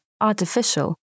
artificial